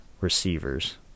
receivers